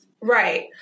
Right